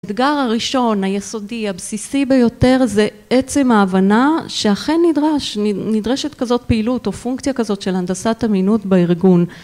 האתגר הראשון, היסודי, הבסיסי ביותר זה עצם ההבנה שאכן נדרש, נדרשת כזאת פעילות או פונקציה כזאת של הנדסת אמינות בארגון